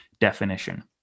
definition